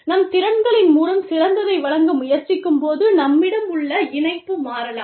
நம் திறன்களின் மூலம் சிறந்ததை வழங்க முயற்சிக்கும்போது நம்மிடம் உள்ள இணைப்பு மாறலாம்